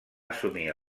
assumir